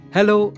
Hello